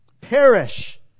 perish